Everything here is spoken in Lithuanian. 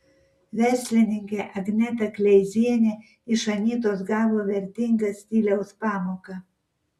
verslininkė agneta kleizienė iš anytos gavo vertingą stiliaus pamoką